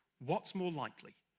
what's more likely,